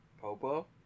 Popo